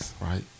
right